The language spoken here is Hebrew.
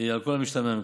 על כל המשתמע מכך.